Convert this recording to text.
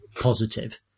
positive